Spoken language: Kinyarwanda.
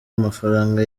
amafaranga